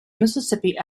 mississippi